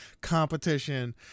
competition